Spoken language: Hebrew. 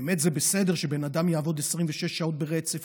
שבאמת זה בסדר שבן אדם יעבוד 26 שעות ברצף,